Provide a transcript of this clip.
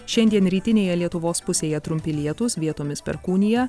šiandien rytinėje lietuvos pusėje trumpi lietūs vietomis perkūnija